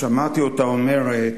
שמעתי אותה אומרת: